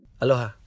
Aloha